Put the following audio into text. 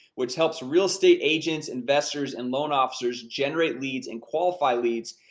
which helps real estate agents, investors, and loan officers generate leads and qualify leads,